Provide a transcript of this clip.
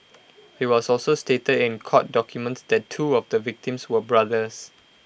he was also stated in court documents that two of the victims were brothers